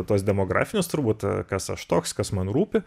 tuos demografinius turbūt kas aš toks kas man rūpi